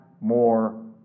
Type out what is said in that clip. more